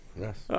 Yes